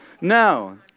No